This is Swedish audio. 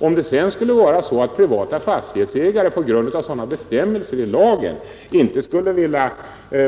Om det sedan skulle vara så att privata fastighetsägare på grund av sådana bestämmelser i lagen inte skulle vilja